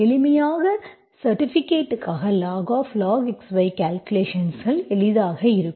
எளிமையாக செர்டிபிகேட்டுக்காக log xy கால்குலேஷன்கள் எளிதாக இருக்கும்